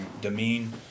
demean